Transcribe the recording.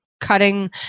cutting